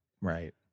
Right